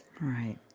Right